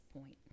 point